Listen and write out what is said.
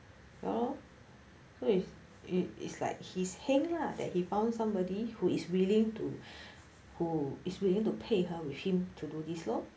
well so it is like he's heng lah that he found somebody who is willing to who is willing to 配合 with him to do this lor